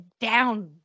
down